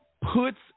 puts